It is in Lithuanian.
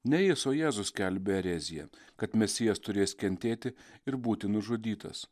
ne jis o jėzus skelbia ereziją kad mesijas turės kentėti ir būti nužudytas